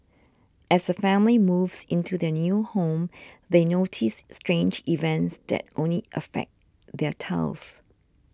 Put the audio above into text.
as a family moves into their new home they notice strange events that only affect their tiles